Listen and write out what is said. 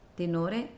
tenore